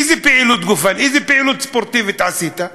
איזו פעילות גופנית, איזו פעילות ספורטיבית עשית?